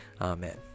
amen